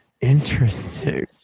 Interesting